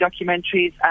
documentaries